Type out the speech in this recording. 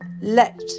Let